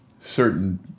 certain